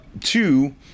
Two